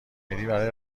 میری؟ برای